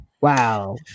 Wow